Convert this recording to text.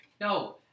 no